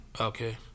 Okay